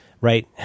Right